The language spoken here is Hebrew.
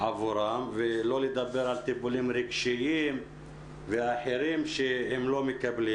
שלא לדבר על טיפולים רגשיים ואחרים שהם לא מקבלים.